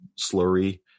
slurry